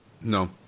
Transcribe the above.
No